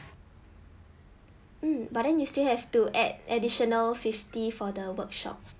um but then you still have to add additional fifty for the workshop